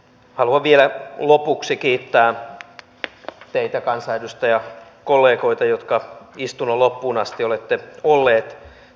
haluan vielä lopuksi kiittää teitä kansanedustajakollegoita jotka istunnon loppuun asti olette olleet